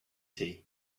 tea